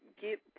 get